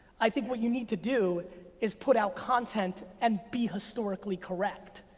i think what you need to do is put out content and be historically correct.